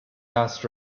last